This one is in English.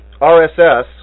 RSS